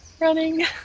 running